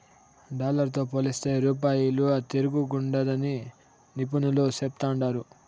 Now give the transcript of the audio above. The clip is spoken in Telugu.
డాలర్ తో పోలిస్తే రూపాయి ఇలువ తిరంగుండాదని నిపునులు చెప్తాండారు